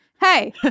Hey